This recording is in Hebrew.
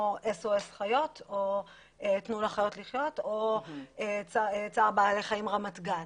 SOS חיות או 'תנו לחיות לחיות' או צער בעלי חיים רמת גן.